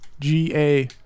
G-A